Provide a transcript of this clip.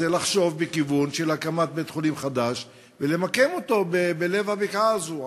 זה לחשוב בכיוון של הקמת בית-חולים חדש ולמקם אותו בלב הבקעה הזו,